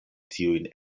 tiujn